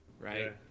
right